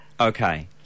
Okay